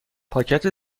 پاکت